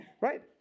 right